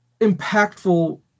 impactful